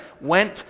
went